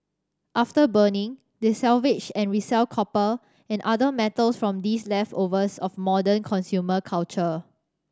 after burning they salvage and resell copper and other metals from these leftovers of modern consumer culture